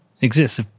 exists